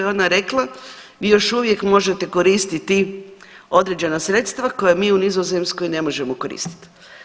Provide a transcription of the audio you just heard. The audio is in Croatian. I ona je rekla, vi još uvijek možete koristiti određena sredstva koja mi u Nizozemskoj ne možemo koristiti.